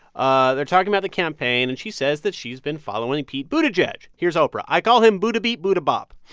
ah they're talking about the campaign, and she says that she's been following pete buttigieg. here's oprah. i call him buttibeep buttibop